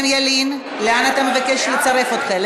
לאן אתה מבקש לצרף אותך?